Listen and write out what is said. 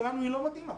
שלנו היא לא מתאימה?